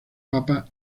papa